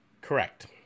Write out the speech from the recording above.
Correct